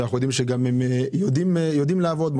ואנחנו יודעים שהם יודעים לעבוד.